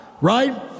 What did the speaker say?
right